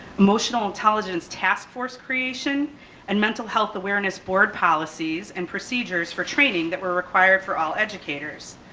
emotional intelligence task force creation and mental health awareness board policies and procedures for training that were required for all educators.